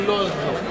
אם לא אז לא.